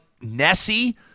Nessie